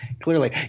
clearly